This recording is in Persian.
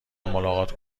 ملاقات